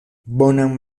bonan